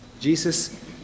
Jesus